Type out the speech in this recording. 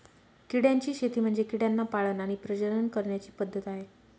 किड्यांची शेती म्हणजे किड्यांना पाळण आणि प्रजनन करण्याची पद्धत आहे